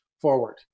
forward